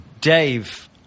Dave